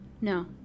No